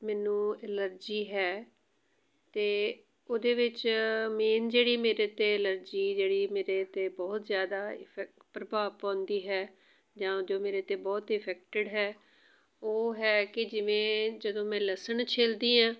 ਮੈਨੂੰ ਐਲਰਜੀ ਹੈ ਅਤੇ ਉਹਦੇ ਵਿੱਚ ਮੇਨ ਜਿਹੜੀ ਮੇਰੇ 'ਤੇ ਐਲਰਜੀ ਜਿਹੜੀ ਮੇਰੇ 'ਤੇ ਬਹੁਤ ਜ਼ਿਆਦਾ ਇਫੈਕਟ ਪ੍ਰਭਾਵ ਪਾਉਂਦੀ ਹੈ ਜਾਂ ਜੋ ਮੇਰੇ 'ਤੇ ਬਹੁਤ ਹੀ ਇਫੈਕਟਿਡ ਹੈ ਉਹ ਹੈ ਕਿ ਜਿਵੇਂ ਜਦੋਂ ਮੈਂ ਲਸਣ ਛਿੱਲਦੀ ਹਾਂ